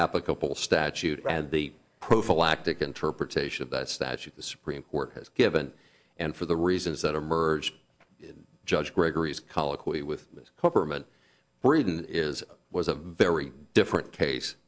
applicable statute add the prophylactic interpretation of the statute the supreme court has given and for the reasons that emerged judge gregory's colloquy with corporate greed in is was a very different case